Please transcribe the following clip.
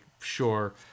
sure